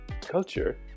culture